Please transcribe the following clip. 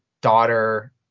daughter